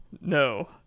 No